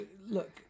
look